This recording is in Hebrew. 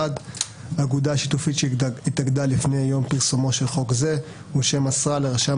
(ב)(1)אגודה שיתופית שהתאגדה לפני יום פרסומו של חוק זה ושמסרה לרשם